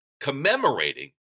commemorating